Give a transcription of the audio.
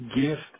gift